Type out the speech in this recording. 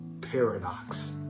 paradox